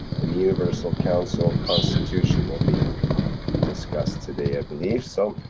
and the universal council constitution will be discussed today, i believe. so,